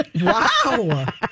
Wow